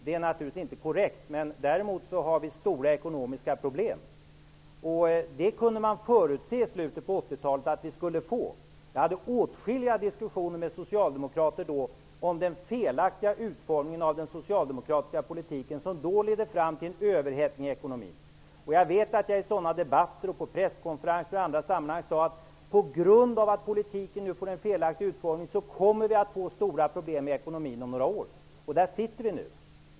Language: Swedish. Det är naturligtvis inte korrekt, men däremot har vi stora ekonomiska problem. I slutet på 80-talet kunde man förutse detta. Jag hade då åtskilliga diskussioner med socialdemokrater om den felaktiga utformningen av den socialdemokratiska politiken som då ledde fram till en överhettning i ekonomin. Jag vet att jag i sådana debatter, på presskonferenser och i andra sammanhang sade: På grund av att politiken nu får en felaktig utformning, kommer vi om några år att få stora ekonomiska problem i ekonomin. Där sitter vi nu.